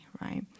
right